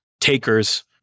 takers